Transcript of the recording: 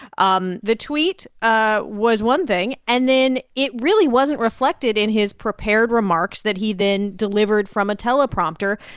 um the tweet ah was one thing, and then it really wasn't reflected in his prepared remarks that he then delivered from a teleprompter,